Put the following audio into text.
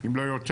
אם לא יותר,